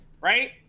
right